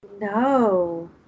No